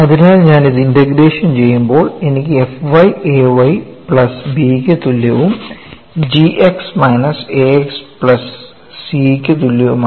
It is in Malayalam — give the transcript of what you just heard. അതിനാൽ ഞാൻ ഇത് ഇന്റഗ്രേഷൻ ചെയ്യുമ്പോൾ എനിക്ക് f Ay പ്ലസ് Bക്ക് തുല്യവും g minus Ax plus C ക്ക് തുല്യവുമാണ്